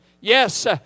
Yes